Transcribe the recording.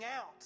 out